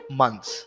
months